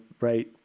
right